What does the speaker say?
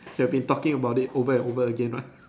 you have been talking about it over and over again right